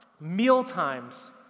mealtimes